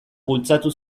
bultzatu